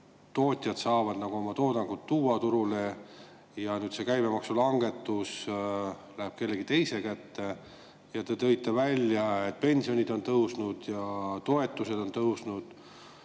et nüüd saavad tootjad oma toodangut tuua turule ja see käibemaksu langetus läheb kellegi teise kätte. Ja te tõite välja, et pensionid on tõusnud ja toetused on tõusnud.